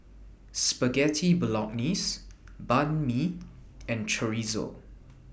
Spaghetti Bolognese Banh MI and Chorizo